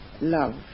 love